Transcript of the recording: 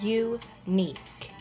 unique